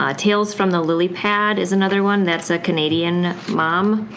um tales from the lilypad is another one, that's a canadian mom.